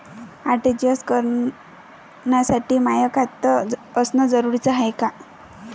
RTGS करासाठी माय खात असनं जरुरीच हाय का?